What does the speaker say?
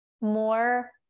more